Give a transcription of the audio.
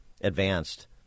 advanced